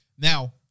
Now